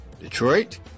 Detroit